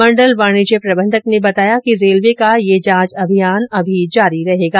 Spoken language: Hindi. मंडल वाणिज्य प्रबंधक ने बताया कि रेलवे का यह जांच अभियान अभी जारी रहेगा